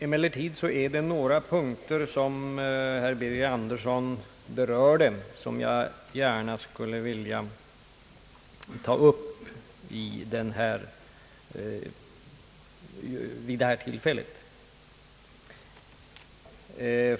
Emellertid berörde herr Birger Andersson några punkter som jag gärna skulle vilja ta upp vid detta tillfälle.